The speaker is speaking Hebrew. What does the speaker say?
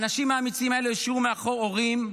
האנשים האמיצים האלה השאירו מאחור הורים,